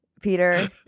Peter